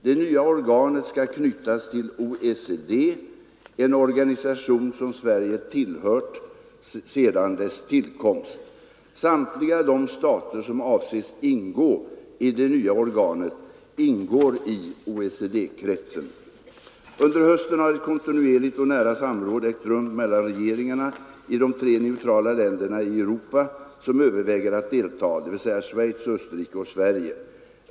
Det nya organet skall knytas till OECD, en organisation som Sverige tillhört sedan dess tillkomst. Samtliga de stater som avses ingå i det nya organet ingår i OECD-kretsen. Under hösten har ett kontinuerligt och nära samråd ägt rum mellan regeringarna i de tre neutrala länder i Europa som överväger att deltaga, dvs. Schweiz, Österrike och Sverige.